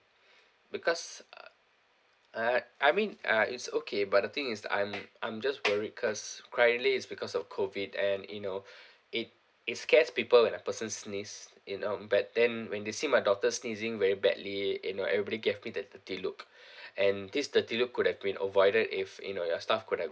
because uh I I mean uh it's okay but the thing is I'm I'm just worried cause currently it's because of COVID and you know it it scares people when a person sneeze you know but then when they see my daughter sneezing very badly you know everybody give me the dirty look and this dirty look could have been avoided if you know your staff could have